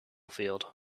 field